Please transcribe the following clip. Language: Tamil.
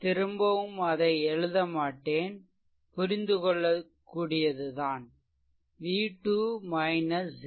திரும்பவும் அதை எழுதமாட்டேன்புரிந்துகொள்ளக்கூடியதுதான் v2 0